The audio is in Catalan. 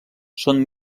són